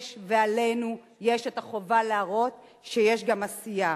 יש, ועלינו החובה להראות שיש גם עשייה.